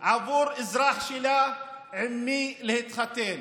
עבור אזרח שלה עם מי להתחתן.